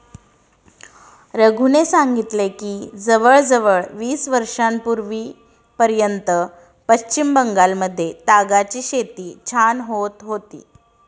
रघूने सांगितले की जवळजवळ वीस वर्षांपूर्वीपर्यंत पश्चिम बंगालमध्ये तागाची शेती छान होत होती